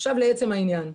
לעצם העניין.